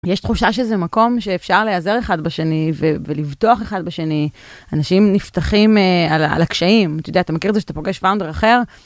יש תחושה שזה מקום שאפשר להעזר אחד בשני ולבטוח אחד בשני, אנשים נפתחים על הקשיים, אתה יודע, אתה מכיר את זה כשאתה פוגש פאונדר אחר?